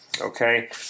okay